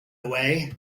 away